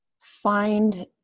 find